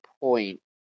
point